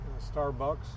Starbucks